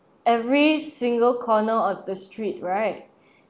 every single corner of the street right